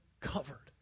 covered